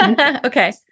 okay